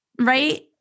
right